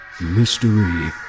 mystery